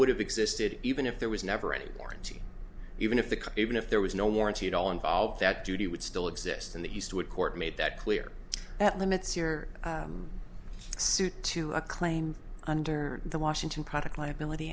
would have existed even if there was never any warranty even if the even if there was no warranty at all involved that duty would still exist in the east would court made that clear that limits your suit to a claim under the washington product liability